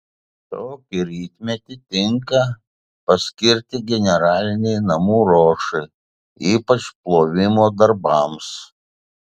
tokį rytmetį tinka paskirti generalinei namų ruošai ypač plovimo darbams